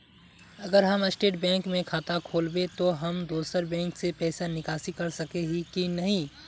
अगर हम state bank में खाता खोलबे तो हम दोसर बैंक से पैसा निकासी कर सके ही की नहीं?